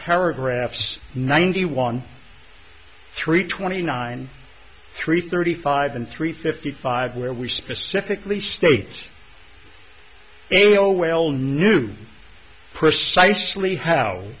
paragraphs ninety one three twenty nine three thirty five and three fifty five where we specifically states elwell knew precisely how